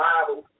Bible